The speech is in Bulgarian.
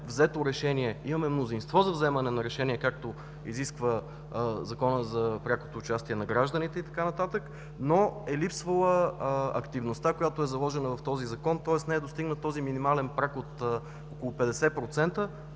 взето решение, имаме мнозинство за вземане на решение, както изисква Законът за прякото участие на гражданите и така нататък, но е липсвала активността, която е заложена в този Закон, тоест не е достигнат минималният праг от около 50%,